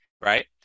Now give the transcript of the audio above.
right